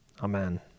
Amen